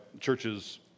churches